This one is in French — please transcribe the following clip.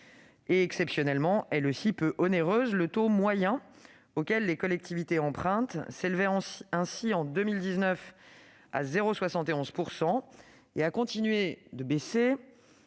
et exceptionnellement peu onéreuse. Le taux moyen auquel les collectivités empruntent s'élevait ainsi en 2019 à 0,71 % et a continué à baisser